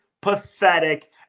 pathetic